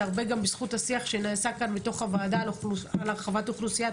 זה הרבה גם בזכות השיח בוועדה על הרחבת אוכלוסיית